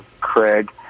Craig